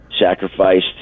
sacrificed